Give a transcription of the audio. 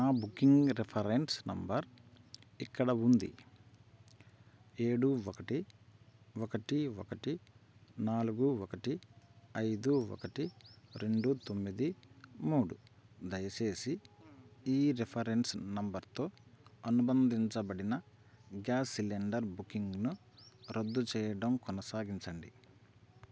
నా booking reference number ఇక్కడ ఉంది ఏడు ఒకటి ఒకటి ఒకటి నాలుగు ఒకటి ఐదు ఒకటి రెండు తొమ్మిది మూడు దయచేసి ఈ రిఫరెన్స్ నెంబర్తో అనుబంధించబడిన గ్యాస్ సిలిండర్ బుకింగ్ను రద్దు చేయడం కొనసాగించండి